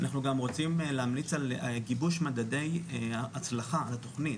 אנחנו גם רוצים להמליץ על גיבוש ממדי הצלחה לתוכנית.